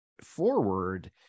forward